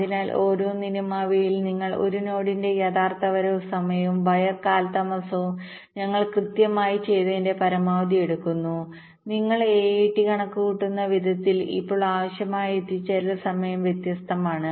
അതിനാൽ ഓരോന്നിനും അവയിൽ നിങ്ങൾ ആ നോഡിന്റെ യഥാർത്ഥ വരവ് സമയവും വയർ കാലതാമസവും ഞങ്ങൾ കൃത്യമായി ചെയ്തതിന്റെ പരമാവധി എടുക്കുന്നു നിങ്ങൾ AAT കണക്കുകൂട്ടുന്ന വിധത്തിൽ ഇപ്പോൾ ആവശ്യമായ എത്തിച്ചേരൽ സമയം വ്യത്യസ്തമാണ്